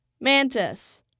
mantis